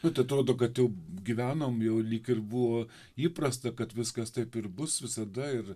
bet atrodo kad jau gyvenom jau lyg ir buvo įprasta kad viskas taip ir bus visada ir